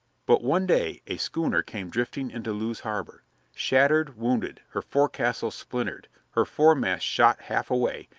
but one day a schooner came drifting into lewes harbor shattered, wounded, her forecastle splintered, her foremast shot half away,